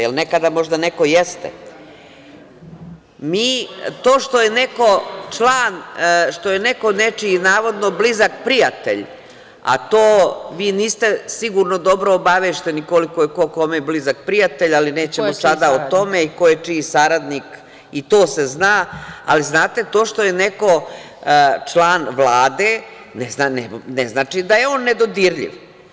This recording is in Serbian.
Da li nekada možda neko jeste? (Vladimir Orlić: „Jovanjica“.) To što je neko nečiji navodno blizak prijatelj, a vi niste sigurno dobro obavešteni koliko je ko kome blizak prijatelj, ali nećemo sada o tome i ko je čiji saradnik, i to se zna, ali znate to što je neko član Vlade, ne znači da je on nedodirljiv.